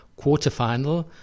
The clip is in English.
quarterfinal